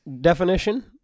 definition